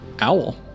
owl